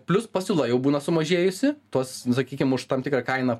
plius pasiūla jau būna sumažėjusi tos sakykim už tam tikrą kainą